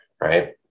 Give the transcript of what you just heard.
right